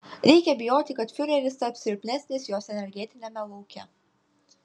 reikia bijoti kad fiureris taps silpnesnis jos energetiniame lauke